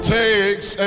takes